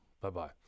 Bye-bye